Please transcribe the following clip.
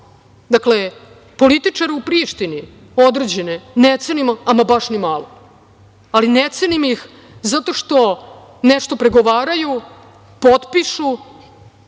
tome. Dakle, političare u Prištini, određene, ne cenimo ama, baš ni malo. Ne cenim ih zato što nešto pregovaraju, potpišu,